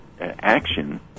action